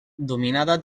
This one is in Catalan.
dominada